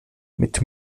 mit